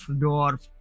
dwarf